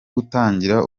gutangira